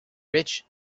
rich